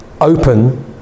Open